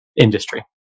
industry